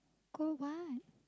call what